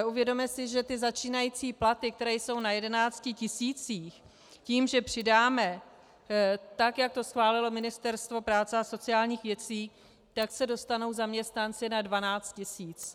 Uvědomme si, že začínající platy, které jsou na 11 tisících, tím, že přidáme tak, jak to schválilo Ministerstvo práce a sociálních věcí, tak se dostanou zaměstnanci na 12 tisíc.